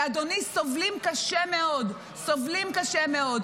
שסובלים קשה מאוד, אדוני, סובלים קשה מאוד.